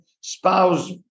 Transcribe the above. spouse